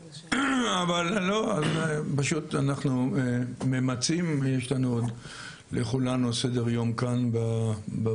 אבל פשוט אנחנו ממצים יש לנו עוד לכולנו סדר יום כאן בוועדות,